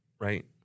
right